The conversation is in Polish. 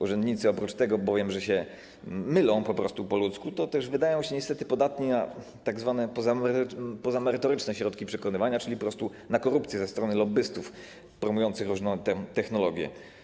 Urzędnicy oprócz tego bowiem, że się mylą po prostu po ludzku, wydają się też niestety podatni na tzw. pozamerytoryczne środki przekonywania, czyli po prostu na korupcję ze strony lobbystów promujących różną technologię.